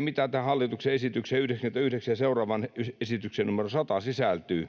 mitä tähän hallituksen esitykseen 99 ja seuraavaan esitykseen numero 100 sisältyy,